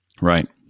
Right